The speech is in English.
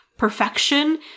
perfection